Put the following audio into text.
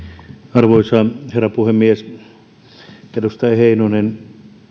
arvoisa herra puhemies edustaja heinonen